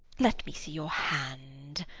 let me see your hand.